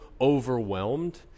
overwhelmed